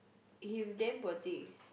he's damn poor thing